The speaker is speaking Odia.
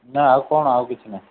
ନା ଆଉ କ'ଣ ଆଉ କିଛି ନାହିଁ